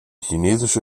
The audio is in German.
chinesische